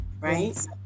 right